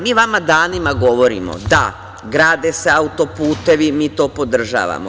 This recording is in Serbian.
Mi vama danima govorimo da, grade se autoputevi, mi to podržavamo.